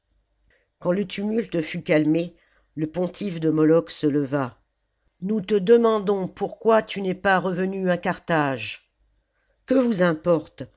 quand le tumuhe fut cahué le pontife de moloch se leva nous te demandons pourquoi tu n'es pas revenu à carthage que vous importe